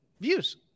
views